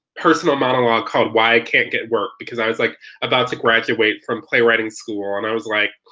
personal monologue called why i can't get work because i was like about to graduate from playwriting school and i was like,